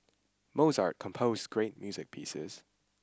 Mozart composed great music pieces